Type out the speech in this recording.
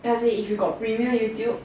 ya as in if you got premium Youtube